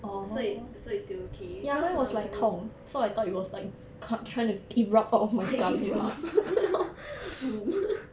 so it~ so it's still okay cause my~ erupt mm